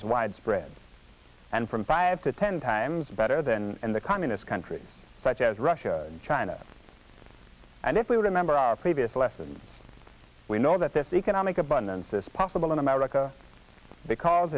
is widespread and from five to ten times better than in the communist country such as russia and china and if we remember our previous lessons we know that this economic abundance is possible in america because